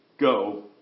go